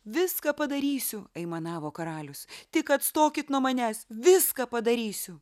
viską padarysiu aimanavo karalius tik atstokit nuo manęs viską padarysiu